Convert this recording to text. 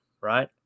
right